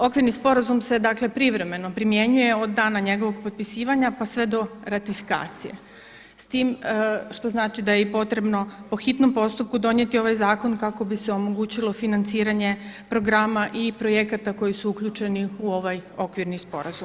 Okvirni sporazum se dakle privremeno primjenjuje od dana njegovog potpisivanja pa sve do ratifikacije s time što znači da je i potrebno po hitnom postupku donijeti ovaj zakon kako bi se omogućilo financiranje programa i projekata koji su uključeni u ovaj okvirni sporazum.